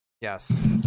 yes